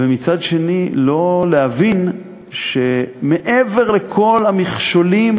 ומצד שני לא להבין שמעבר לכל המכשולים